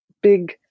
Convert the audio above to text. big